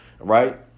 right